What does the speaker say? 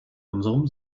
unserem